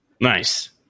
Nice